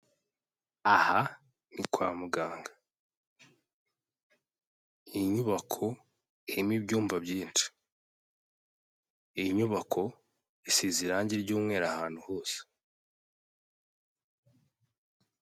Aha ni kwa muganga. Iyi nyubako irimo ibyumba byinshi. Iyi nyubako isize irangi ry'umweru ahantu hose.